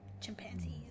chimpanzees